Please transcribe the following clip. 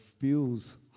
feels